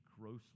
grossly